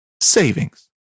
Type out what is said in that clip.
savings